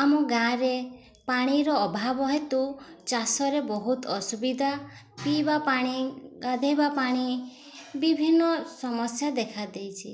ଆମ ଗାଁ'ରେ ପାଣିର ଅଭାବ ହେତୁ ଚାଷରେ ବହୁତ ଅସୁବିଧା ପିଇବା ପାଣି ଗାଧେଇବା ପାଣି ବିଭିନ୍ନ ସମସ୍ୟା ଦେଖାଦେଇଚି